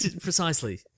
precisely